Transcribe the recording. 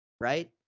Right